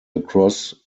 across